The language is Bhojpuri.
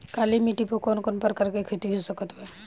काली मिट्टी पर कौन कौन प्रकार के खेती हो सकत बा?